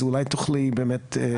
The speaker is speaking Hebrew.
אז אולי תוכלי באמת.